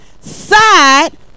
side